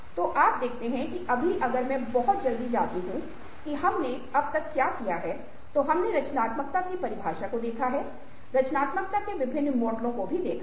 तो आप देखते हैं कि अभी अगर मैं बहुत जल्दी जाता हूं कि हमने अब तक क्या किया है तो हमने रचनात्मकता की परिभाषा को देखा है रचनात्मकता के विभिन्न मॉडल को हमने देखा है